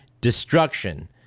destruction